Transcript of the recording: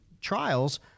trials